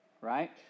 right